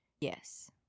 Yes